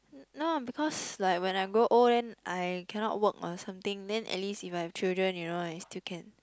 not because like when I grow old then I cannot work mah something then at least if I have children you know I still can